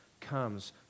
comes